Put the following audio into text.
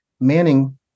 Manning